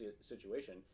situation